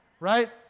right